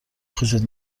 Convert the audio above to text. خوشت